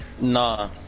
Nah